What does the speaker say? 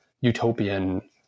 utopian